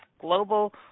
global